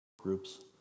groups